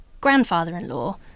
grandfather-in-law